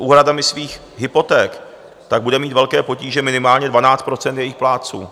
S úhradami svých hypoték tak bude mít velké potíže minimálně 12 % jejich plátců.